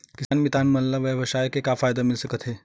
किसान मितान मन ला ई व्यवसाय से का फ़ायदा मिल सकथे?